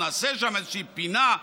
נעשה שם איזושהי פינה,